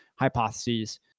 hypotheses